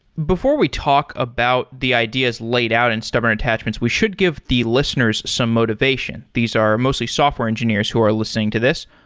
before we talk about the ideas laid out in stubborn attachments, we should give the listeners some motivation. these are mostly software engineers who are listening to this.